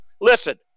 Listen